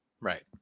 Right